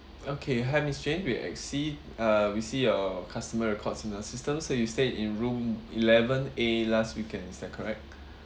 okay we eh see uh we see your customer records in the system so you stay in room eleven A last weekend is that correct